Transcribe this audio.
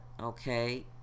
Okay